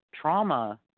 trauma